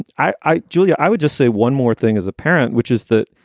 i i julia, i would just say one more thing as a parent, which is that,